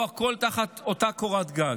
פה הכול תחת אותה קורת גג.